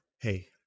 hey